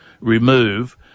remove